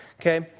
Okay